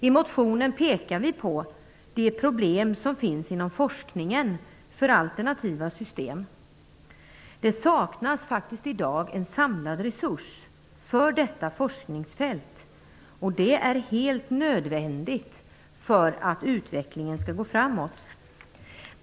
I motionen pekar vi på de problem som finns inom forskningen för alternativa system. Det saknas faktiskt i dag en samlad resurs för detta forskningsfält som är helt nödvändigt för att utvecklingen skall gå framåt.